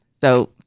So-